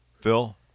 Phil